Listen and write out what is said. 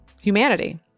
humanity